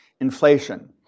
inflation